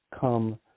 come